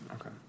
Okay